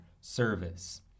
service